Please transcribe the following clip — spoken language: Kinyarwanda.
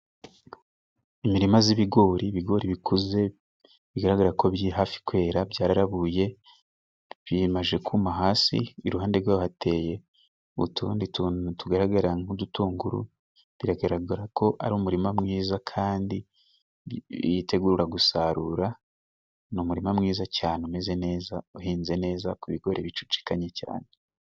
Imirima z'ibigori ibigori bikuze bigaragara ko biri hafi kwera byarabuye bima kuma hasi. Iruhande rwawo hateye utundi tuntu tugaragara nk'udutunguru biragaragara ko ari umurima mwiza Kandi yitegura gusarura. Ni umurima mwiza cyane umeze neza uhinze neza kubigori bicucikanye cyane.